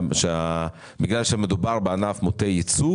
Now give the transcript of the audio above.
בגלל שמדובר בענף מוטה ייצוא